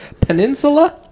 Peninsula